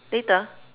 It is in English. later